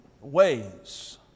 ways